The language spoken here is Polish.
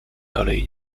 dalej